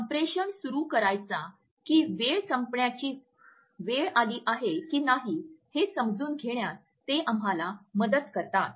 संप्रेषण सुरू करायचा की वेळ संपण्याची वेळ आली आहे की नाही हे समजून घेण्यात ते आम्हाला मदत करतात